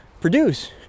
produce